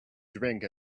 drink